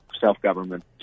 self-government